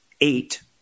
eight